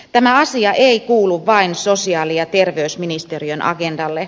tämä asia ei kuulu vain sosiaali ja terveysministeriön agendalle